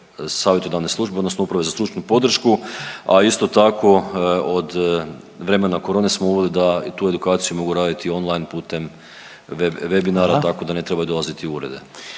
savjetodavne službe odnosno uprave za stručnu podršku, a isto tako od vremena korone smo uveli da tu edukaciju mogu raditi online putem Webinara…/Upadica Reiner: Hvala/… tako da ne trebaju dolaziti u urede.